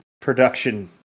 production